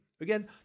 Again